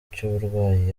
cy’uburwayi